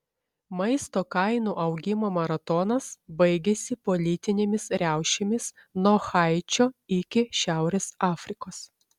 maisto kainų augimo maratonas baigėsi politinėmis riaušėmis nuo haičio iki šiaurės afrikos